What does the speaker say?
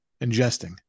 Ingesting